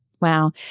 wow